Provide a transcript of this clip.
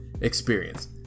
experience